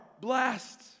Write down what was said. blessed